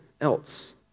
else